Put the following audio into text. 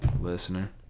Listener